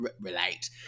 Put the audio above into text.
relate